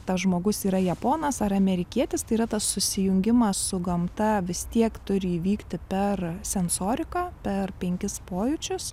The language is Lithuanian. tas žmogus yra japonas ar amerikietis tai yra tas susijungimas su gamta vis tiek turi įvykti per sensoriką per penkis pojūčius